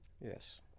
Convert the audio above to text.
Yes